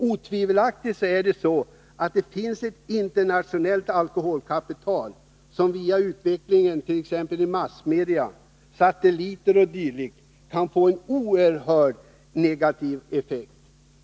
Otvivelaktigt finns det ett internationellt alkoholkapital, som via utvecklingen t.ex. inom massmedia, när det gäller satelliter o. d., kan få oerhört negativa effekter.